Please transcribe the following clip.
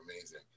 Amazing